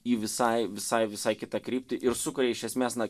į visai visai visai kitą kryptį ir sukuria iš esmės na